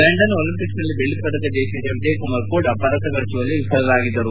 London ಒಲಿಂಪಿಕ್ಸ್ನಲ್ಲಿ ಬೆಳ್ಳಿ ಪದಕ ಜಯಿಸಿದ್ದ ವಿಜಯ್ಕುಮಾರ್ ಕೂಡ ಪದಕ ಗಳಿಸುವಲ್ಲಿ ವಿಫಲರಾದರು